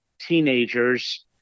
teenagers